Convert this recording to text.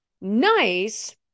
Nice